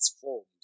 forms